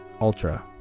ULTRA